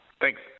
Thanks